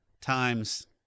times